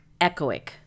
echoic